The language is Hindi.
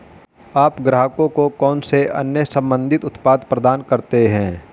आप ग्राहकों को कौन से अन्य संबंधित उत्पाद प्रदान करते हैं?